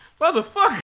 Motherfucker